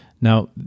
Now